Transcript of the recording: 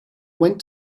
went